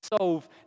solve